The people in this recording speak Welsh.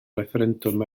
refferendwm